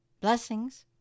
Blessings